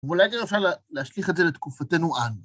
ואולי כן אפשר להשליך את זה לתקופתנו אנו.